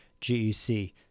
GEC